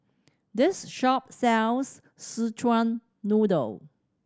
this shop sells Szechuan Noodle